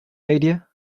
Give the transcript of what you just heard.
idea